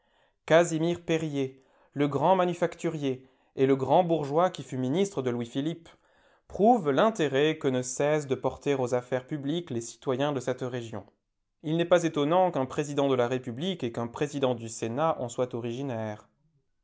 casimir périer le grand manufacturier et le grand bourgeois qui fut ministre de louisphilippe prouvent l'intérêt que ne cessent de porter aux aff'aires publiques les citoyens de cette région il n'est pas étonnant qu'un président de la république et qu'un président du sénat en soient originaires